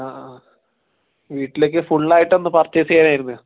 ആ ആ വീട്ടിലേക്ക് ഫുൾ ആയിട്ട് ഒന്ന് പർച്ചേസ് ചെയ്യാനായിരുന്നു